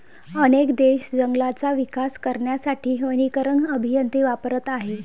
अनेक देश जंगलांचा विकास करण्यासाठी वनीकरण अभियंते वापरत आहेत